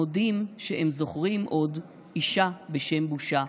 / מודים שהם זוכרים עוד אישה בשם בושה,